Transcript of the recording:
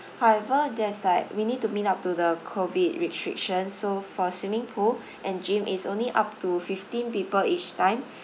however there's like we need to meet up to the COVID restriction so for swimming pool and gym is only up to fifteen people each time